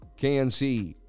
KNC